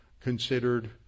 considered